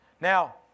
Now